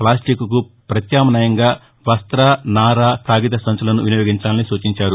plastic పత్యామ్నాయంగా వస్త నార కాగిత సంచులను వినియోగించాలని సూచించారు